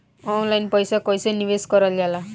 Online पईसा कईसे निवेश करल जाला?